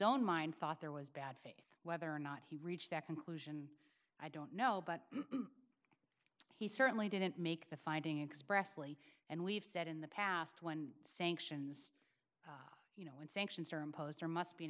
own mind thought there was bad faith whether or not he reached that conclusion i don't know but he certainly didn't make the finding expressly and we've said in the past when sanctions you know when sanctions are imposed there must be an